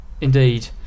indeed